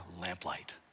lamplight